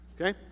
Okay